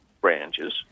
branches